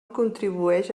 contribueix